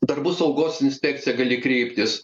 darbų saugos inspekciją gali kreiptis